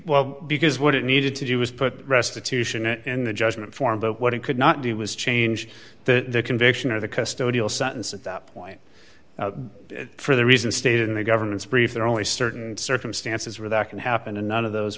well because what it needed to do was put restitution and the judgment form but what it could not do was change the conviction or the custodial sentence at that point for the reason stated in the government's brief there are only certain circumstances where that can happen and none of those